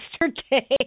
yesterday